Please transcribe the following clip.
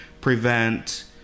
prevent